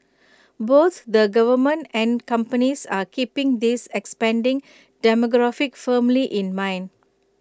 both the government and companies are keeping this expanding demographic firmly in mind